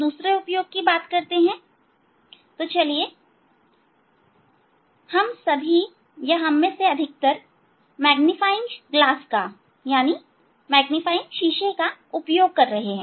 दूसरा उपयोग मैं आपको बता सकता हूं हमें से सभी अधिकतर मैग्नीफाइंग मैग्नीफाइंग शीशे का उपयोग कर रहे हैं